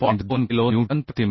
2 kilo newton प्रति metre आहे